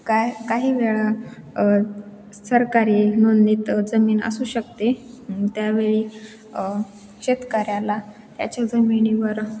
काय काही वेळा सरकारी नोंदणीत जमीन असू शकते त्यावेळी शेतकऱ्याला त्याच्या जमिनीवर